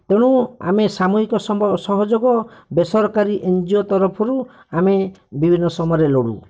ତେଣୁ ଆମେ ସାମୁହିକ ସହଯୋଗ ବେସରକାରୀ ଏନଜିଓ ତରଫରୁ ଆମେ ବିଭିନ୍ନ ସମୟରେ ଲୋଡ଼ୁ